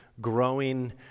growing